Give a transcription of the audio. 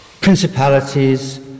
principalities